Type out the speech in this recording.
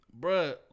bruh